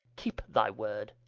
keepe thy word